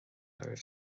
oraibh